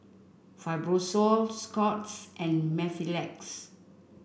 Fibrosol Scott's and Mepilex